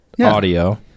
audio